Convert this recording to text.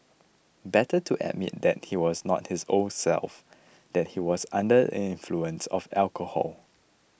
better to admit that he was not his old self that he was under the influence of alcohol